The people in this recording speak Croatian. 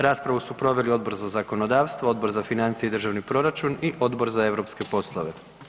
Raspravu su proveli Odbor za zakonodavstvo, Odbor za financije i državni proračun i Odbor za europske poslove.